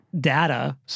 data